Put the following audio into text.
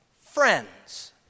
friends